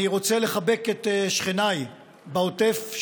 אני רוצה לחבק את שכניי בעוטף,